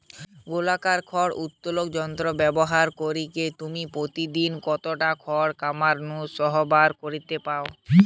গোলাকার খড় উত্তোলক যন্ত্র ব্যবহার করিকি তুমি প্রতিদিন কতটা খড় খামার নু সরবরাহ করি পার?